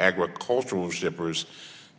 agricultural shippers